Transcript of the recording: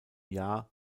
jahr